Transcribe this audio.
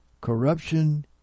corruption